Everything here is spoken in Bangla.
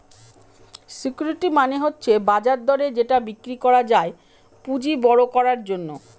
সিকিউরিটি মানে হচ্ছে বাজার দরে যেটা বিক্রি করা যায় পুঁজি বড়ো করার জন্য